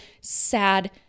sad